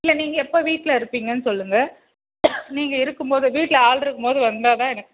இல்லை நீங்கள் எப்போ வீட்டில் இருப்பிங்கன்னு சொல்லுங்கள் நீங்கள் இருக்கும்போது வீட்டில் ஆள்ருக்கும்போது வந்தால் தான் எனக்கு